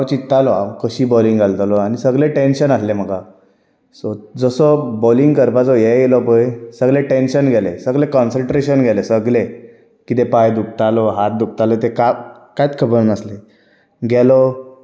so हांव चित्तालो हांव कशी बोलींग घालतलो आनी सगलें टॅन्शन आहलें म्हाका सो जसो बॉलींग करपाचो हे येयलो पय सगलें टॅन्शन गेलें सगलें कॉन्सनट्रेशन गेलें सगलें कितें पांय दुखतालो हात दुखतालो ते कांय कांयत खबर नासलें गेलो